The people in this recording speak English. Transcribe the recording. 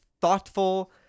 thoughtful